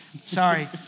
Sorry